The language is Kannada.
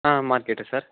ಹಾಂ ಮಾರ್ಕೆಟಾ ಸರ್